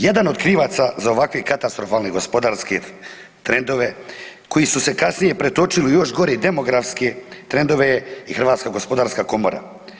Jedan od krivaca za ovakve katastrofalne gospodarske trendove koji su se kasnije pretočili u još gore demografske trendove je Hrvatska gospodarska komora.